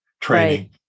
training